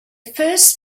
first